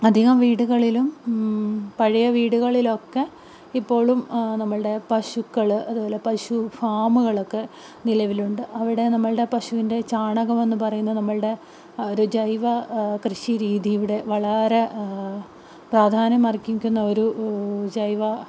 അധികം വീടുകളിലും പഴയ വീടുകളിലൊക്കെ ഇപ്പോഴും നമ്മളുടെ പശുക്കൾ അതുപോലെ പശു ഫാമുകളൊക്കെ നിലവിലുണ്ട് അവിടെ നമ്മളുടെ പശുവിൻ്റെ ചാണകം എന്ന് പറയുന്ന നമ്മളുടെ ഒരു ജൈവ കൃഷി രീതിവിയുടെ വളരെ പ്രാധാന്യം അർഹിക്കുന്ന ഒരു ജൈവ